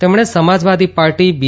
તેમણે સમાજવાદી પાર્ટી બી